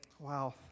Wow